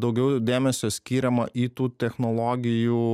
daugiau dėmesio skiriama į tų technologijų